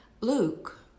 Luke